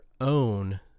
own